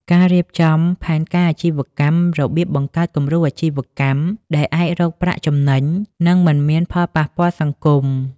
ការរៀបចំផែនការអាជីវកម្មរបៀបបង្កើតគំរូអាជីវកម្មដែលអាចរកប្រាក់ចំណេញ និងមិនមានផលប៉ះពាល់សង្គម ។